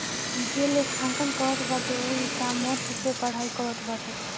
जे लेखांकन करत बाटे उ इकामर्स से पढ़ाई करत बाटे